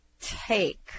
take